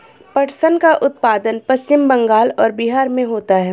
पटसन का उत्पादन पश्चिम बंगाल और बिहार में होता है